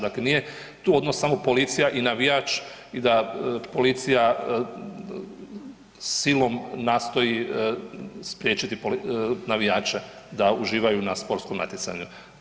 Dakle nije tu odnos samo policija i navijač i da policija silom nastoji spriječiti navijače da uživaju u sportskom natjecanju.